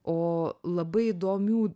o labai įdomių